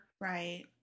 Right